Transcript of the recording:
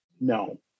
No